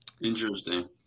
interesting